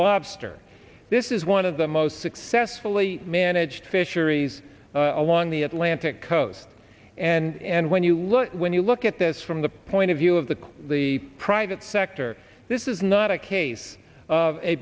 lobster this is one of the most successfully managed fisheries along the atlantic coast and when you look when you look at this from the point of view of the coup the private sector this is not a case of a